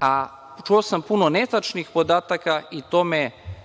a čuo sam puno netačnih podataka i to me